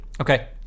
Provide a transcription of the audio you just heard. Okay